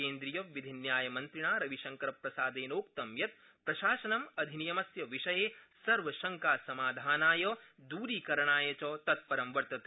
केन्द्रियविधिन्यायमन्त्रिणा रविशंकरप्रसादेनोक्तं यत् प्रशासनम् अधिनियमस्य विषये सर्वशंकासमाधानाय द्रीकरणाय च तत्परं वर्तते